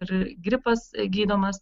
ir gripas gydomas